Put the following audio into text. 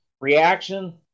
reaction